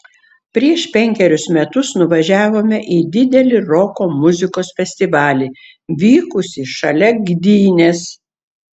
prieš penkerius metus nuvažiavome į didelį roko muzikos festivalį vykusį šalia gdynės